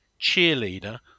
cheerleader